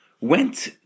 went